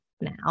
now